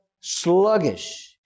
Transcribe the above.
sluggish